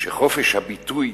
שחופש הביטוי